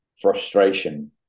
frustration